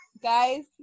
Guys